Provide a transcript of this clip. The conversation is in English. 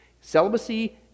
Celibacy